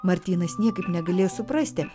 martynas niekaip negalėjo suprasti